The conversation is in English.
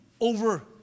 over